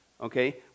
okay